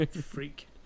freak